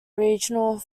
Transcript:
regional